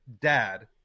dad